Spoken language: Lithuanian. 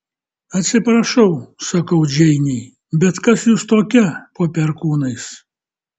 atsiprašau sakau džeinei bet kas jūs tokia po perkūnais